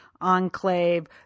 enclave